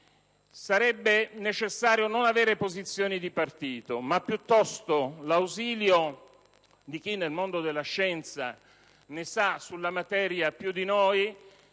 sarebbe necessario non avere posizioni di partito, ma piuttosto l'ausilio di chi nel mondo della scienza ne sa più di noi